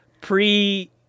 pre